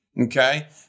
Okay